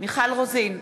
מיכל רוזין,